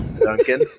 Duncan